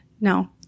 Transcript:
No